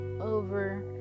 over